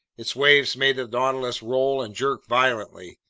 its waves made the nautilus roll and jerk violently.